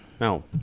No